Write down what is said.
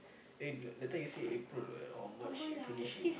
eh that time you say April what or March you finish already